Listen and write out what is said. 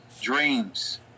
dreams